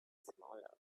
smaller